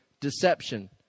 deception